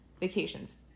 vacations